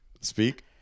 Speak